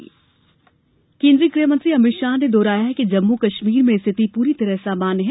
अमित शाह केन्द्रीय गृहमंत्री अमित शाह ने दोहराया है कि जम्मू कश्मीर में स्थिति पूरी तरह सामान्य है